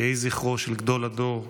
יהיה זכרו של גדול הדור,